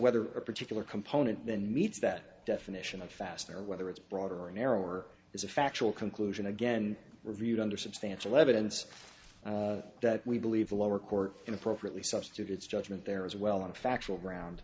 whether a particular component than meets that definition of fast or whether it's broader or narrower is a factual conclusion again reviewed under substantial evidence that we believe the lower court inappropriately substitute its judgment there as well on a factual ground